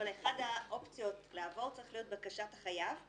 אבל אחת האופציות לעבור צריכה להיות בקשת החייב.